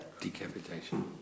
Decapitation